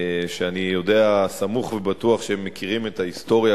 שאני סמוך ובטוח שמכירים את ההיסטוריה,